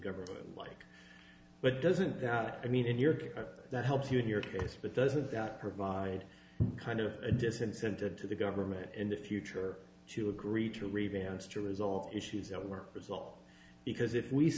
government like but doesn't that i mean in your view that helps you in your case but doesn't provide kind of a disincentive to the government in the future to agree to a revanche to resolve issues at work result because if we say